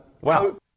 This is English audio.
Wow